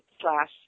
slash